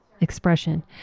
expression